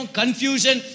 confusion